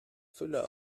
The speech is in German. füller